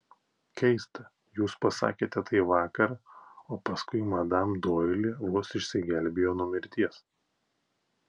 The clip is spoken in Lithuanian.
keista jūs pasakėte tai vakar o paskui madam doili vos išsigelbėjo nuo mirties